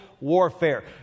warfare